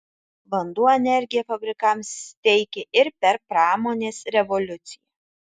vanduo energiją fabrikams teikė ir per pramonės revoliuciją